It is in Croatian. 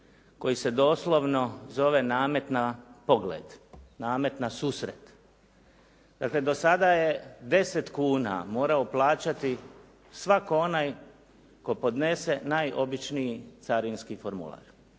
koji se doslovno zove namet na pogled, namet na susret. Dakle, do sada je 10 kuna morao plaćati svatko onaj tko podnese najobičniji carinski formular